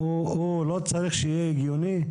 -- הוא לא צריך להיות הגיוני?